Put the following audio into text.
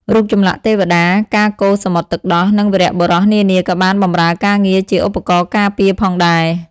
រូបចម្លាក់ទេវតា ការកូរសមុទ្រទឹកដោះ និងវីរបុរសនានាក៏បានបម្រើការងារជាឧបករណ៍ការពារផងដែរ។